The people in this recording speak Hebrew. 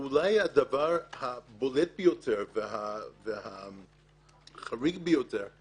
אולי הדבר הבולט ביותר והחריג ביותר זה